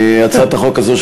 הצעת החוק הזאת,